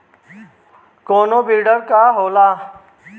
कोनो बिडर का होला?